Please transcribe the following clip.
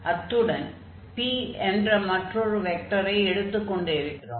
அத்துடன் p என்ற மற்றோரு வெக்டரை எடுத்துக் கொண்டிருக்கிறோம்